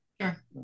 Sure